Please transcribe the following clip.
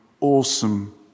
awesome